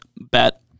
Bet